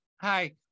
hi